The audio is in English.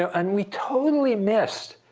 so and we totally missed